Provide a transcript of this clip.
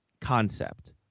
concept